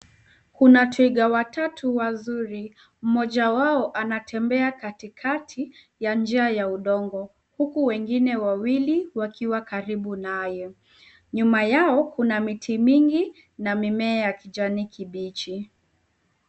Kuna twiga watatu wazuri. Mmoja wao anatembea katikati ya njia ya udongo. Huku wengine wawili wakiwa karibu nayo. Nyuma yao kuna miti mingi na mimea ya kijani kibichi.